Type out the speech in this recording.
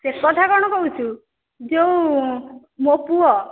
ସେ କଥା କ'ଣ କହୁଛୁ ଯେଉଁ ମୋ ପୁଅ